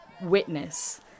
witness